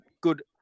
good